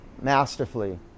masterfully